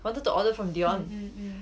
wanted to order from dion